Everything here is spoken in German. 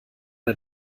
der